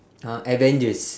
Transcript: uh avengers